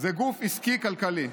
זה גוף עסקי כלכלי.